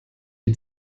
wie